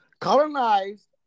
Colonized